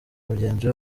mugenzi